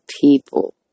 people